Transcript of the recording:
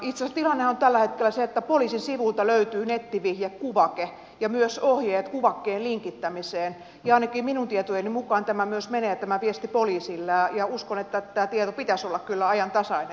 itse asiassa tilannehan on tällä hetkellä se että poliisin sivuilta löytyy nettivihjekuvake ja myös ohjeet kuvakkeen linkittämiseen ja ainakin minun tietojeni mukaan tämä viesti myös menee poliisille ja uskon että tämän tiedon pitäisi olla kyllä ajantasainen